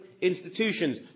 institutions